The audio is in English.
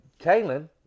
Kaylin